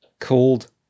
called